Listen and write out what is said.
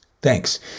Thanks